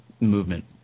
movement